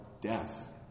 death